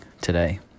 today